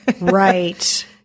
Right